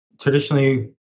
traditionally